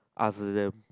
ask them